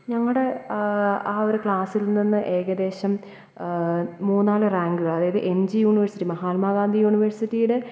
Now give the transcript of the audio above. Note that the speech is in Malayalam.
ഞങ്ങളുടെ ആ ഒരു ക്ലാസ്സിൽ നിന്ന് ഏകദേശം മൂന്നാല് റാങ്കുകാർ എം ജി യൂണിവേഴ്സിറ്റി മഹാത്മാഗാന്ധി യൂണിവേഴ്സിറ്റിയുടെ